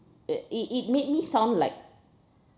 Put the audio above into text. it it it made me sound like